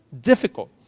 difficult